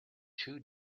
two